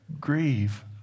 grieve